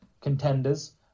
contenders